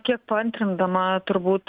kiek paantrindama turbūt